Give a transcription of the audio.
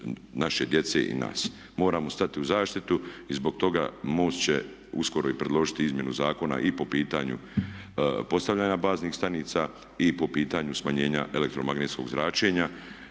naše djece i nas. Moramo stati u zaštitu i zbog toga MOST će uskoro i predložiti izmjenu zakona i po pitanju postavljanja baznih stanica i po pitanju smanjenja elektromagnetskog zračenja